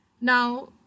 Now